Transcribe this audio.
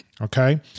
Okay